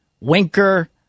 Winker